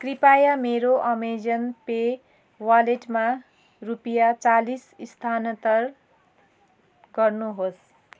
कृपया मेरो Amazon pay वालेटमा रुपियाँ चालिस स्थानान्तर गर्नुहोस्